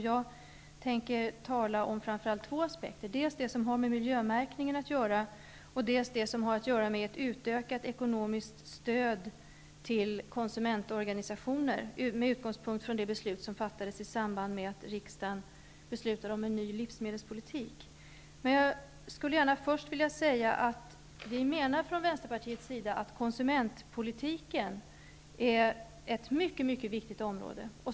Jag tänker tala om framför allt två aspekter, dels den som har med miljömärkningen att göra, dels den som har att göra med ett utökat ekonomiskt stöd till konsumentorganisationer, med utgångspunkt i det beslut som fattades i samband med att riksdagen beslutade om en ny livsmedelspolitik. Jag skulle först gärna vilja säga att vi i Vänsterpartiet menar att konsumentpolitiken är ett mycket viktigt område.